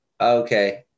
okay